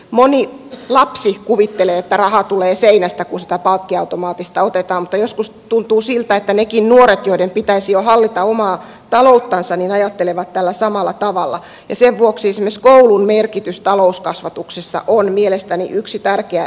moni lapsi kuvittelee että raha tulee seinästä kun sitä pankkiautomaatista otetaan mutta joskus tuntuu siltä että nekin nuoret joiden pitäisi jo hallita omaa talouttansa ajattelevat tällä samalla tavalla ja sen vuoksi esimerkiksi koulun merkitys talouskasvatuksessa on mielestäni yksi tärkeä asia ennaltaehkäisyssä